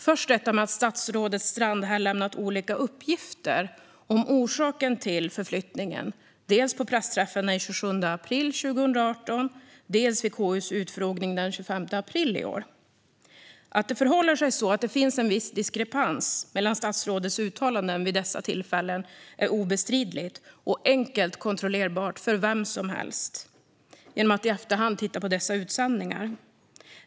Först detta med att statsrådet Strandhäll lämnat olika uppgifter om orsaken till förflyttningen, dels på pressträffen den 27 april 2018, dels vid KU:s utfrågning den 25 april i år. Att det förhåller sig så att det finns en viss diskrepans mellan statsrådets uttalanden vid dessa tillfällen är obestridligt och enkelt kontrollerbart för vem som helst genom att i efterhand titta på dessa utsändningar.